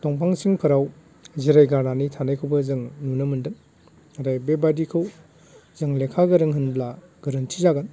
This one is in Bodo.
दंफां सिंफोराव जिरायगारनानै थानायखौबो जों नुनो मोन्दों आरो बेबादिखौ जों लेखा गोरों होनोब्ला गोरोन्थि जागोन